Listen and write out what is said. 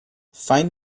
find